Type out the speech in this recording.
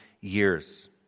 years